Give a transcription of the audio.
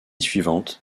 suivante